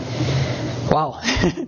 Wow